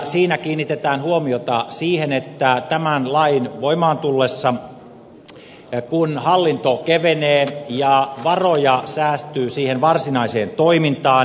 siinä kiinnitetään huomiota siihen että tämän lain voimaan tullessa hallinto kevenee ja varoja säästyy varsinaiseen toimintaan